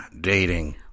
dating